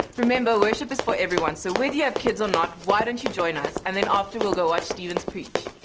remember worship is for everyone. so whether you have kids or not why don't you join us and then often we'll go watch stevens preach.